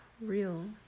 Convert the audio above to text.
real